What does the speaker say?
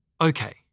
Okay